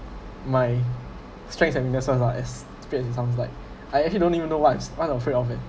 my strengths and weaknesses ah as weird it sounds like I actually don't even know what is why afraid of it